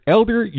Elder